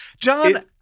John